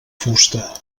fusta